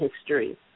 History